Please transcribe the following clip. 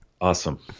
Awesome